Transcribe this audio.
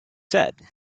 said